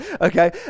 okay